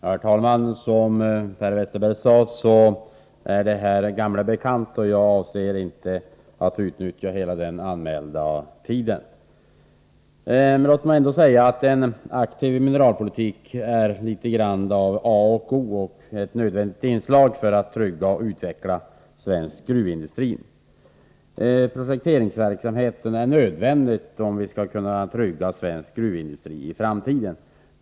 Herr talman! Som Per Westerberg sade rör det sig här om gamla bekanta, och jag avser inte att utnyttja hela min anmälda tid. Aktiv mineralpolitik är något av A och O och ett nödvändigt inslag för att trygga och utveckla svensk gruvindustri. Prospekteringsverksamheten är nödvändig, om vi skall kunna trygga svensk gruvindustri i framtiden.